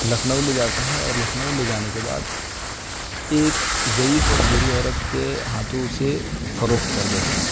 لکھنؤ لے جاتا ہے اور لکھنؤ لے جانے کے بعد ایک ضعیف اور بوڑھی عورت کے ہاتھوں اسے فروخت کر دیتا ہے